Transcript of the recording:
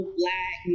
black